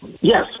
Yes